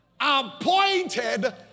appointed